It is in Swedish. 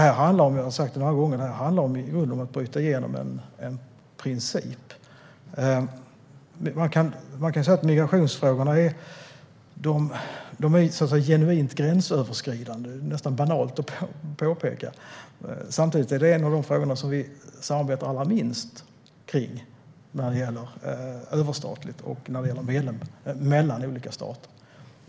Jag har sagt det många gånger: Det handlar i grunden om att bryta igenom en princip. Man kan säga att migrationsfrågorna är genuint gränsöverskridande, något som är nästan banalt att påpeka. Samtidigt är det en av de frågor som vi samarbetar allra minst kring, både mellan olika stater och överstatligt.